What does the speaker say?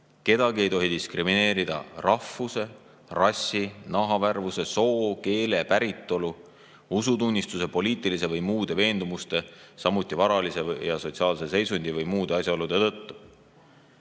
Kedagi ei tohi diskrimineerida rahvuse, rassi, nahavärvuse, soo, keele, päritolu, usutunnistuse, poliitiliste või muude veendumuste, samuti varalise ja sotsiaalse seisundi või muude asjaolude tõttu."